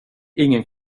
ingen